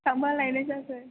थांब्ला लायनाय जागोन